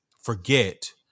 forget